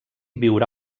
viurà